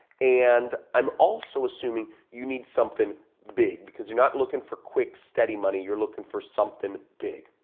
and i'm also assuming you need something big because you're not looking for quick, steady money, you're looking for something big